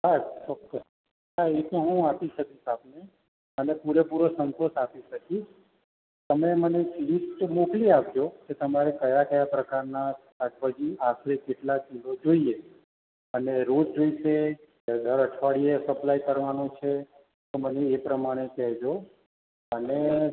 હા it's okay હાં એ તો હું આપી શકીશ આપને અને પૂરેપૂરો સંતોષ આપી શકીશ તમે મને લિસ્ટ મોકલી આપજો તમારે કયા કયા પ્રકારના શાકભાજી આશરે કેટલા કિલો જોઈએ અને રોજ જોઈશે કે દર અઠવાડિયે સપલાય કરવાનું છે તો મને એ પ્રમાણે કહેજો અને